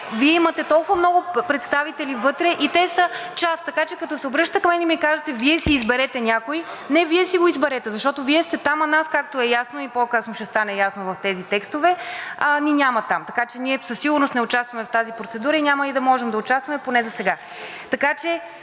Вие имате толкова много представители вътре и те са част. Така че, като се обръщате към мен и ми кажете: „Вие си изберете някой.“ Не, Вие си го изберете, защото Вие сте там, а нас, както е ясно и по-късно ще стане ясно в тези текстове, ни няма там. Така че ние със сигурност не участваме в тази процедура и няма и да можем да участваме, поне засега.